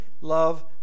love